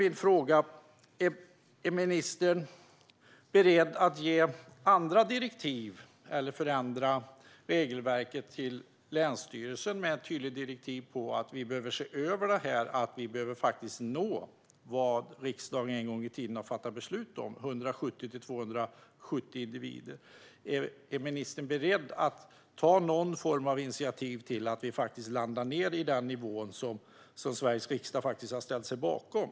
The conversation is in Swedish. Min fråga är om ministern är beredd att ge andra direktiv eller att förändra regelverket för länsstyrelsen med ett direktiv om att vi behöver se över detta och nå det som riksdagen en gång i tiden har fattat beslut om: 170-270 individer. Är ministern beredd att ta någon form av initiativ för att vi ska landa på den nivå som Sveriges riksdag har ställt sig bakom?